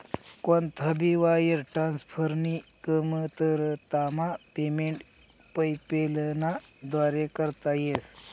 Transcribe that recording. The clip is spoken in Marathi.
कोणता भी वायर ट्रान्सफरनी कमतरतामा पेमेंट पेपैलना व्दारे करता येस